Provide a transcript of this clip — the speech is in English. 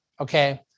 Okay